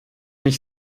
ich